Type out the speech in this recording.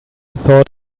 thought